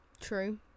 True